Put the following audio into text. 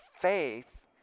faith